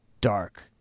dark